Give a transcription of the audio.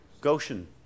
Goshen